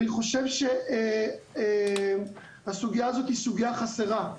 אני חושב שהסוגיה הזאת היא סוגיה חסרה.